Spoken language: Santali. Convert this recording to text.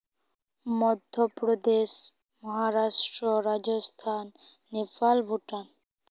ᱢᱚᱫᱽᱫᱷᱚᱯᱨᱚᱫᱮᱥ ᱢᱚᱦᱟᱨᱟᱥᱴᱚᱨᱚ ᱨᱟᱡᱚᱥᱛᱷᱟᱱ ᱱᱮᱯᱟᱞ ᱵᱷᱩᱴᱟᱱ